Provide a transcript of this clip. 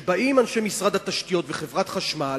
שבאים אנשי משרד התשתיות וחברת חשמל,